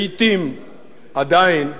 לעתים עדיין צעירה.